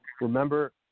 Remember